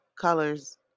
colors